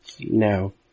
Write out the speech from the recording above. No